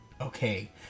Okay